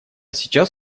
сейчас